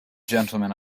gentlemen